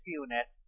unit